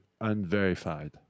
unverified